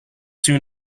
soon